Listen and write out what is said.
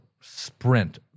sprint